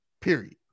period